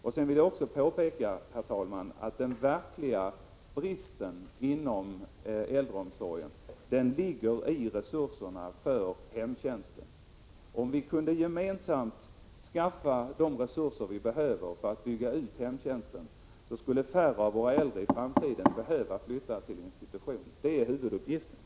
Sedan vill jag också påpeka, herr talman, att den verkliga bristen inom äldreomsorgen ligger i resurserna för hemtjänsten. Om vi gemensamt kunde skaffa de resurser vi behöver för att bygga ut hemtjänsten, skulle i framtiden färre av våra äldre behöva flytta till institution. Det är huvuduppgiften.